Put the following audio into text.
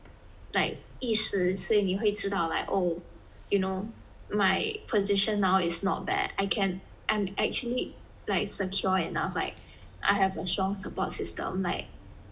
like 意识所以你会知道 like oh you know my position now is not bad I can I'm actually like secure enough like I have a strong support system like